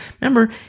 Remember